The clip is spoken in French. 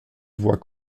voit